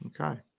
Okay